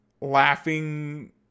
laughing